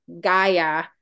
Gaia